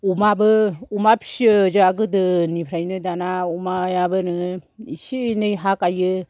अमाबो अमा फियो जोंहा गोदोनिफ्रायनो दाना अमायाबो नोङो इसे एनै हा गायो